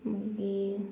मागीर